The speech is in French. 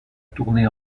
tournée